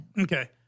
Okay